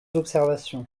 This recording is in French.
observations